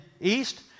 east